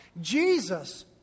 Jesus